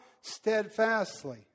Steadfastly